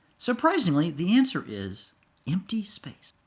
surprisingly, the answer is empty space.